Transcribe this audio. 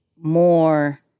more